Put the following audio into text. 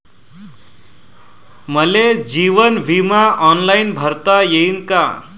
मले जीवन बिमा ऑनलाईन भरता येईन का?